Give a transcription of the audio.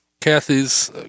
kathy's